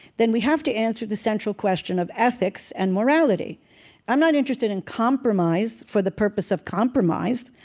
then we have to answer the central question of ethics and morality i'm not interested in compromise for the purpose of compromise.